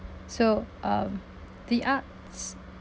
so um the arts